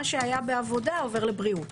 ומה שהיה בעבודה עובר לבריאות.